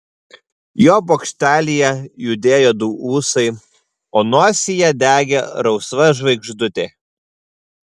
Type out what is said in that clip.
jo bokštelyje judėjo du ūsai o nosyje degė rausva žvaigždutė